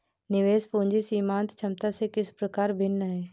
निवेश पूंजी सीमांत क्षमता से किस प्रकार भिन्न है?